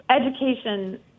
education